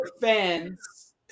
fans